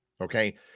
okay